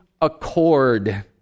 accord